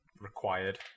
required